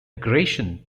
aggression